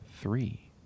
three